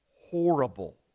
horrible